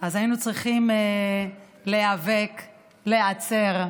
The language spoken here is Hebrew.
היינו צריכים להיאבק ולהיעצר.